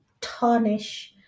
tarnish